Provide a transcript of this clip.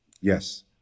Yes